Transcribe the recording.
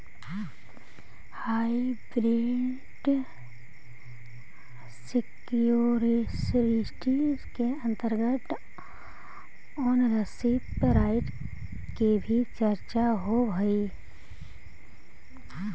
hybrid security के अंतर्गत ownership right के भी चर्चा होवऽ हइ